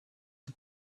the